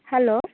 hello